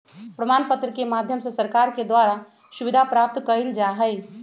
प्रमाण पत्र के माध्यम से सरकार के द्वारा सुविधा प्राप्त कइल जा हई